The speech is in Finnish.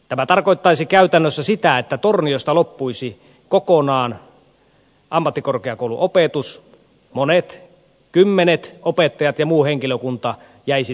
tämä tarkoittaisi käytännössä sitä että torniosta loppuisi kokonaan ammattikorkeakouluopetus monet kymmenet opettajat ja muu henkilökunta jäisivät työttömiksi